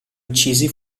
uccisi